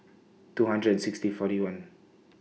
two hundred and sixty forty one